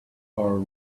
are